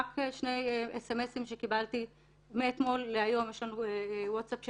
רק שני סמ"סים שקיבלתי מאתמול להיום יש לנו ווטסאפ של